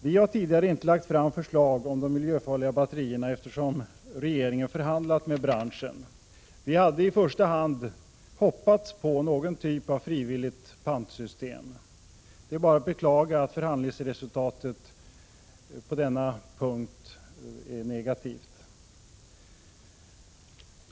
Vi har tidigare inte lagt fram förslag om de miljöfarliga batterierna, eftersom regeringen har förhandlat med branschen. Vi hade i första hand hoppats på någon typ av frivilligt pantsystem. Det är bara att beklaga att förhandlingsresultatet på denna punkt är negativt.